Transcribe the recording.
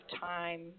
time